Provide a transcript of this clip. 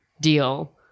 deal